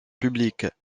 public